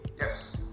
Yes